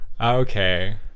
Okay